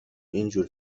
اینجور